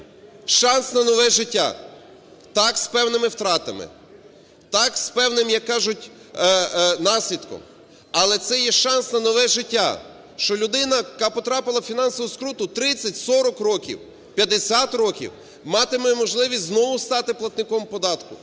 шанс на нове життя, так, з певними втратами, так, з певним, як кажуть, наслідком, але це є шанс на нове життя, що людина, яка потрапила у фінансову скруту в 30-40 років, 50 років, матиме можливість знову стати платником податку,